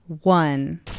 One